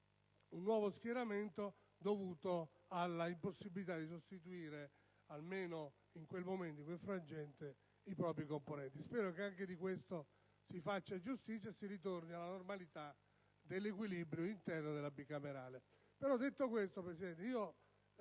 un nuovo schieramento dovuto all'impossibilità di sostituire, almeno in quel frangente, i propri componenti. Spero che anche di questo si faccia giustizia e si ritorni alla normalità dell'equilibrio interno della Bicamerale. Detto ciò, signor Presidente,